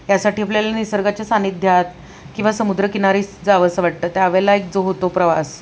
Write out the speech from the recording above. यासाठी आपल्यालेल्या निसर्गाच्या सान्निध्यात किंवा समुद्रकिनारी जावंसं वाटतं त्यावेळेला एक जो होतो प्रवास